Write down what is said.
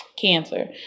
cancer